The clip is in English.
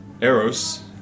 eros